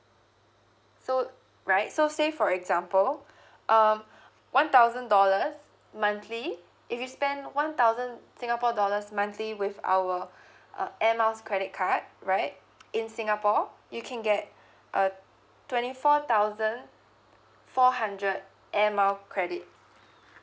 so right so say for example um one thousand dollars monthly if you spend one thousand singapore dollars monthly with our uh air miles credit card right in singapore you can get a twenty four thousand four hundred air mile credit